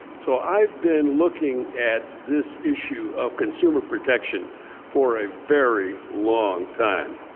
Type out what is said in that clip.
so i've been looking at this issue of consumer protection for a very long time.